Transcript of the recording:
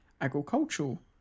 agricultural